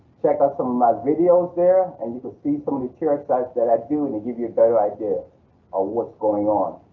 check out some of my videos there and you can see somebody chair exercises that i do and they give you a better idea ah what's going on.